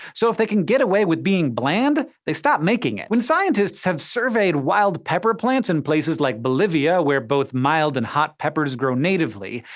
so if they can get away with being bland, they stop making it. when scientists have surveyed wild wild pepper plants in places like bolivia, where both mild and hot peppers grow natively,